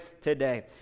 today